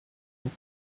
and